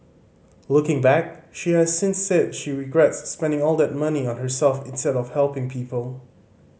looking back she has since said she regrets spending all that money on herself instead of helping people